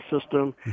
system